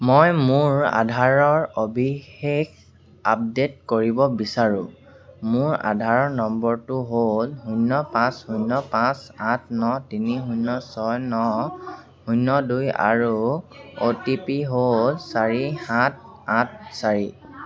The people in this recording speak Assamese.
মই মোৰ আধাৰৰ সবিশেষ আপডে'ট কৰিব বিচাৰোঁ মোৰ আধাৰ নম্বৰটো হ'ল শূন্য পাঁচ শূন্য পাঁচ আঠ ন তিনি শূন্য ছয় ন শূন্য দুই আৰু অ' টি পি হ'ল চাৰি সাত আঠ চাৰি